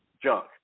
junk